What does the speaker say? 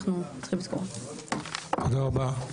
תודה רבה,